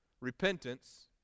repentance